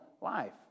life